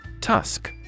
Tusk